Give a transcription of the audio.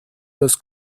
los